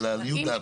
לעניות דעתך.